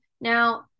Now